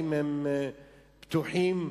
פתוחים,